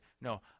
No